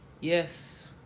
Yes